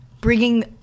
bringing